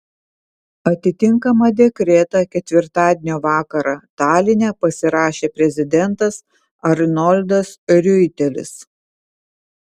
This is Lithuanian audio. atitinkamą dekretą ketvirtadienio vakarą taline pasirašė prezidentas arnoldas riuitelis